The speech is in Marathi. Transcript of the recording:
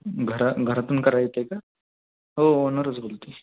घरा घरातून करायचं आहे का हो ओनरच बोलतो आहे